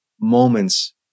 moments